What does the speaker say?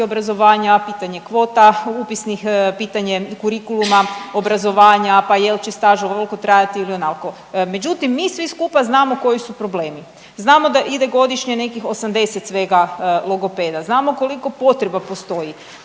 obrazovanja, pitanje kvota upisnih, pitanje kurikuluma obrazovanja, pa je li će staž ovoliko trajati ili .../Govornik se ne razumije./... međutim, mi svi skupa znamo koji su problemi. Znamo da ide godišnje nekih 80 svega logopeda, znamo koliko potreba postoji,